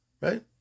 right